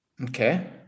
Okay